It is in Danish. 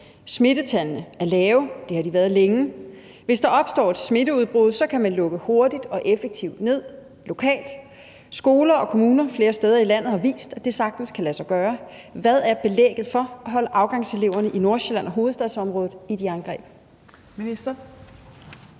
Smittetallene er lave, og det har de været længe. Hvis der opstår et smitteudbrud, kan man lukke hurtigt og effektivt ned lokalt. Skoler og kommuner flere steder i landet har vist, at det sagtens kan lade sig gøre. Hvad er belægget for at holde afgangseleverne i Nordsjælland og hovedstadsområdet i et jerngreb?